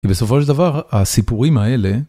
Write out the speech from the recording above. ובסופו של דבר הסיפורים האלה